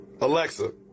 Alexa